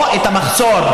את המחסור,